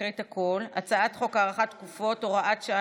נקריא את הכול: הצעת חוק הארכת תקופות (הוראת שעה,